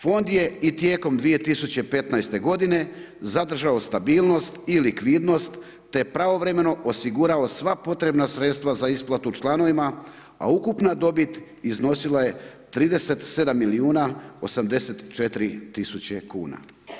Fond je i tijekom 2015. godine zadržao stabilnost i likvidnost, te je pravovremeno osigurao sva potrebna sredstva za isplatu članovima, a ukupna dobit iznosila je 37 milijuna, 84 tisuće kuna.